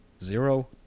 zero